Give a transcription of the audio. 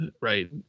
right